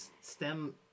STEM